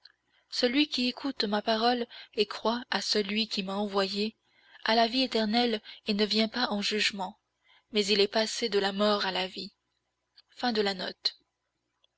celui qui écoute ma parole et croit à celui qui m'a envoyé a la vie éternelle et ne vient pas en jugement mais il est passé de la mort à la vie